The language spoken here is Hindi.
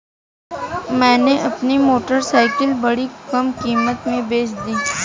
मैंने अपनी मोटरसाइकिल बड़ी कम कीमत में बेंच दी